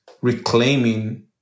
reclaiming